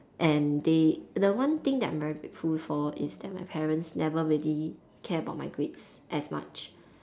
and they the one thing that I'm very grateful for is that my parents never really care about my grades as much